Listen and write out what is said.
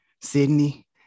Sydney